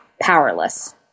powerless